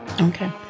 Okay